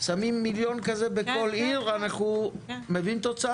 שמים מיליון כזה בכל עיר ואנחנו מביאים תוצאה.